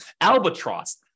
Albatross